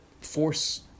force